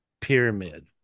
pyramid